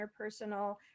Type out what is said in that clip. interpersonal